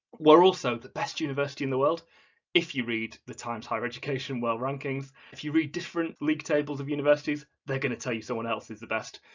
we're also the best university in the world if you read the times higher education world rankings. if you read different league tables of universities they're going to tell you someone else is the best,